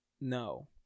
no